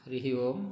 हरिः ओं